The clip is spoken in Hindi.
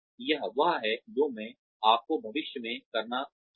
यह वह है जो मैं आपको भविष्य में करना चाहिए